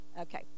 okay